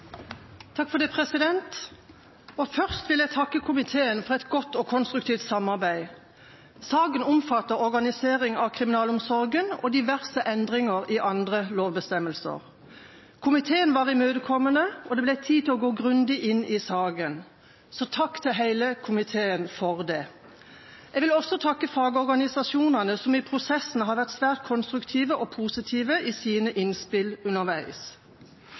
Først vil jeg takke komiteen for et godt og konstruktivt samarbeid. Saken omfatter omorganisering av kriminalomsorgen og diverse endringer i andre lovbestemmelser. Komiteen var imøtekommende, og det ble tid til å gå grundig inn i saken. Takk til hele komiteen for det. Jeg vil også takke fagorganisasjonene som i prosessen har vært svært konstruktive og positive i sine innspill underveis.